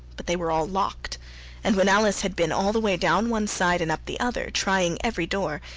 but they were all locked and when alice had been all the way down one side and up the other, trying every door,